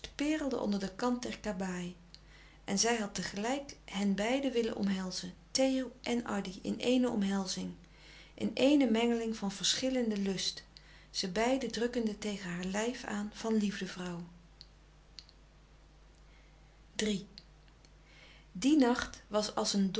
perelde onder de kant der kabaai en zij had tegelijk henbeiden willen omhelzen theo en addy in eene omhelzing in éene mengeling van verschillende lust ze beiden drukkende tegen haar lijf aan van liefdevrouw die nacht was als een